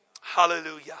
Hallelujah